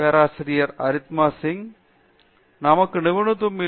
பேராசிரியர் அரிந்தமா சிங் நமக்கு நிபுணத்துவம் இல்லை